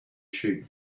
sheep